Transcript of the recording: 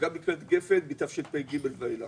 שגם נקראת גפן בתשפ"ג ואילך.